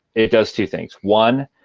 it does two things. one,